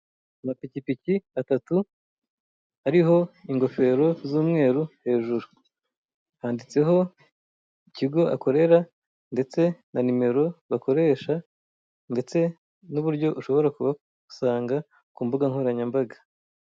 Amapikipiki atatu ariho ingofero z'umweru hejuru handitseho ikigo akorera, ndetse na nimero bakoresha, ndetse n'uburyo ushobora kubasanga ku mbuga nkoranyambaga.